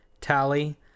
Tally